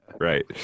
Right